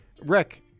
Rick